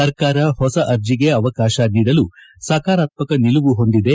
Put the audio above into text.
ಸರ್ಕಾರ ಮೊಸ ಅರ್ಜಿಗೆ ಅವಕಾಶ ೀಡಲು ಸಕಾರಾತ್ಮಕ ನಿಲುವು ಹೊಂದಿದೆ